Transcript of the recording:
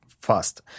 fast